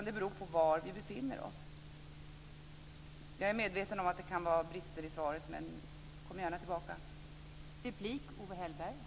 Det beror på var vi befinner oss. Jag är medveten om att det kan vara brister i svaret, men Owe Hellberg får gärna komma tillbaka.